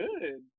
good